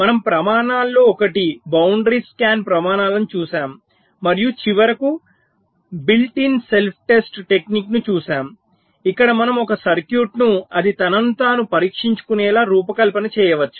మనము ప్రమాణాలలో ఒకటి బౌండరీ స్కాన్ ప్రమాణాలను చూశాము మరియు చివరకు built in self test technique ను చూసాము ఇక్కడ మనం ఒక సర్క్యూట్ను అది తనను తాను పరీక్షించుకునేలా రూపకల్పన చేయవచ్చు